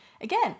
again